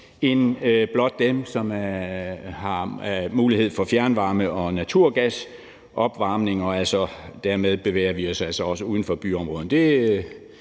end blot dem, som har mulighed for fjernvarme- og naturgasopvarmning, og dermed bevæger vi os altså også uden